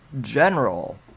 general